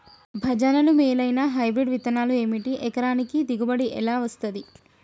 భజనలు మేలైనా హైబ్రిడ్ విత్తనాలు ఏమిటి? ఎకరానికి దిగుబడి ఎలా వస్తది?